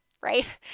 right